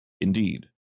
Indeed